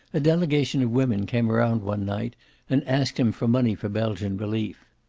a delegation of women came around one night and asked him for money for belgian relief.